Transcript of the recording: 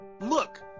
Look